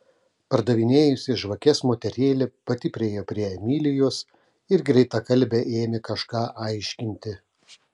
pardavinėjusi žvakes moterėlė pati priėjo prie emilijos ir greitakalbe ėmė kažką aiškinti